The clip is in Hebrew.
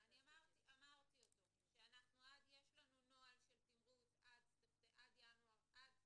שיש לנו נוהל של תימרוץ עד